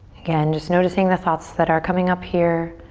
again, just noticing the thoughts that are coming up here.